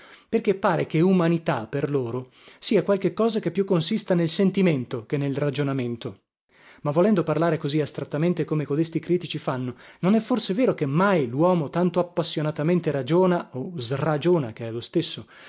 perché pare che umanità per loro sia qualche cosa che più consista nel sentimento che nel ragionamento ma volendo parlare così astrattamente come codesti critici fanno non è forse vero che mai luomo tanto appassionatamente ragiona